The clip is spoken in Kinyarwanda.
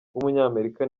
w’umunyamerika